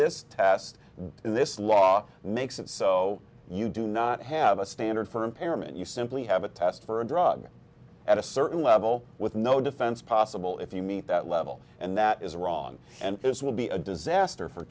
this test in this law makes it so you do not have a standard for impairment you simply have a test for a drug at a certain level with no defense possible if you meet that level and that is wrong and this will be a disaster for